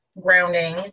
grounding